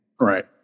right